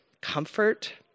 comfort